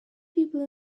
people